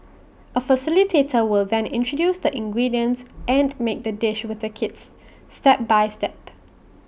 A facilitator will then introduce the ingredients and make the dish with the kids step by step